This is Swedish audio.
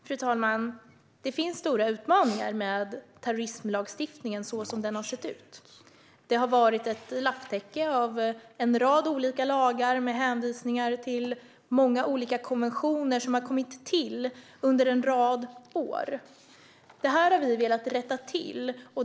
Fru talman! Det finns stora utmaningar med terrorismlagstiftningen, så som den har sett ut. Det har varit ett lapptäcke av en rad olika lagar, med hänvisningar till många olika konventioner som har kommit till under en rad år. Detta har vi velat rätta till.